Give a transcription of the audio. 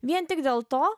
vien tik dėl to